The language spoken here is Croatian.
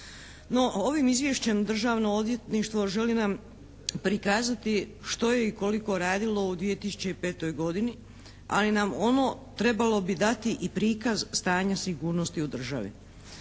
ovim izvješćem Državno odvjetništvo želi nam prikazati što je i koliko radilo u 2005. godini ali nam ono trebalo bi dati i prikaz stanja sigurnosti u državi.